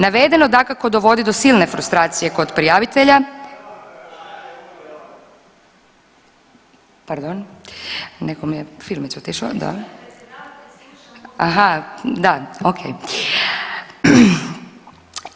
Navedeno dakako dovodi do silne frustracije kod prijavitelja, ... [[Upadica se ne čuje.]] pardon, nekom je filmić otišao, da. ... [[Upadica se ne čuje.]] Aha, da, okej